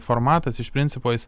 formatas iš principo jis